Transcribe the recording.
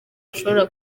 ashobora